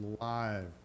live